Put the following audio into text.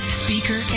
speaker